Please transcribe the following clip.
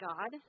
God